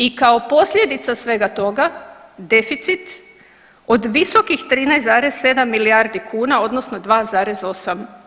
I kao posljedica svega toga deficit od visokih 13,7 milijardi kuna odnosno 2,8%